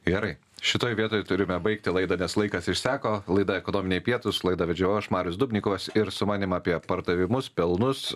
gerai šitoj vietoj turime baigti laidą nes laikas išseko laida ekonominiai pietūs laidą vedžiau aš marius dubnikovas ir su manim apie pardavimus pelnus